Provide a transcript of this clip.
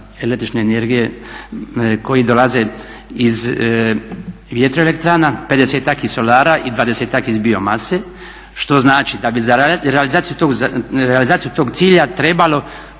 el.energije koji dolaze iz vjetroelektrana, 50-ak iz solara i 20-ak iz biomase što znači da bi za realizaciju tog cilja trebalo